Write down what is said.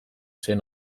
zen